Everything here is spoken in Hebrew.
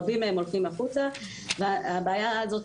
רבים מהם הולכים החוצה והבעיה הזאת